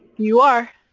you are.